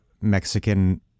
Mexican